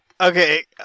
Okay